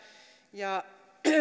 ja